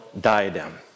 diadem